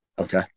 Okay